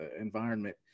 environment